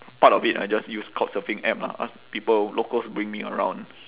part of it I just use couchsurfing app lah ask people locals bring me around